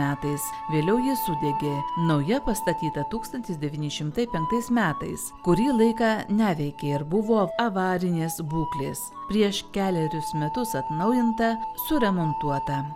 metais vėliau jie sudegė nauja pastatyta tūkstantis devyni šimtai penktais metais kurį laiką neveikė ir buvo avarinės būklės prieš kelerius metus atnaujinta suremontuota